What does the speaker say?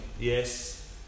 Yes